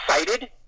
excited